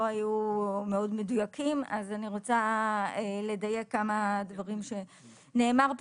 היו מדויקים אז אני רוצה לדייק כמה דברים שנאמרו.